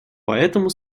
поэтому